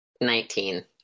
Nineteen